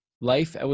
Life